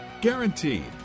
Guaranteed